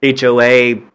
HOA